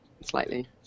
Slightly